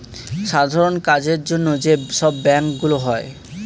সাধারণ কাজের জন্য যে সব ব্যাংক গুলো হয়